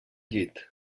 llit